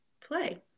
play